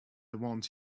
want